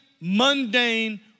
mundane